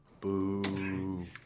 Boo